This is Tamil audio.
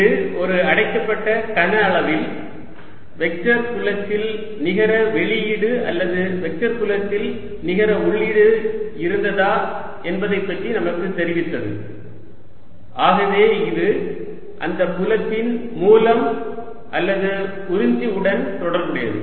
இது ஒரு அடைக்கப்பட்ட கன அளவில் வெக்டர் புலத்தில் நிகர வெளியீடு அல்லது வெக்டர் புலத்தில் நிகர உள்ளீடு இருந்ததா என்பதைப் பற்றி நமக்கு தெரிவித்தது ஆகவே இது அந்த புலத்தின் மூலம் அல்லது உறிஞ்சு உடன் தொடர்பானது